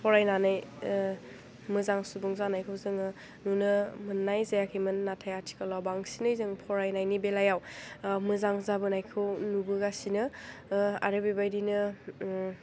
फरायनानै मोजां सुबुं जानायखौ जोङो नुनो मोन्नाय जायाखैमोन नाथाइ आथिखालाव बांसिनै जों फरायनायनि बेलायाव मोजां जाबोनायखौ नुबोगासिनो आरो बेबायदिनो